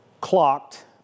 clocked